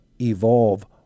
evolve